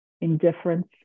indifference